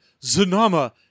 Zanama